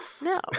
No